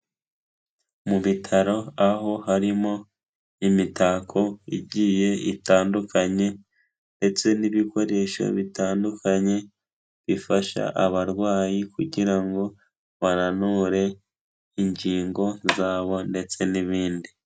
Mu bitaro aho harimo imitako igiye itandukanye ndetse n'ibikoresho bitandukanye, bifasha abarwayi kugira ngo bananure ingingo zabo ndetse n'ibindi.